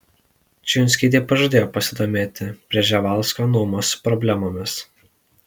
čijunskytė pažadėjo pasidomėti prževalsko nuomos problemomis